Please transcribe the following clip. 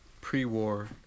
pre-war